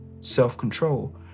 self-control